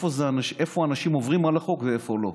איפה אנשים עוברים על החוק ואיפה לא,